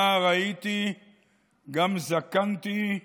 נער הייתי גם זקנתי,